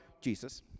Jesus